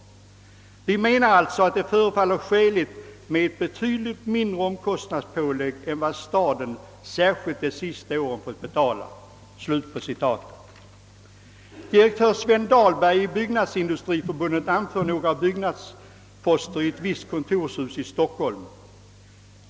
Vi menar alltså, att det förefaller skäligt med ett betydligt mindre omkostnadspålägg än vad staden särskilt de sista åren har fått betala.» Direktör Sven Dahlberg i Byggnadsindustriförbundet anför några byggnadsposter i ett visst kontorshus i Stockholm.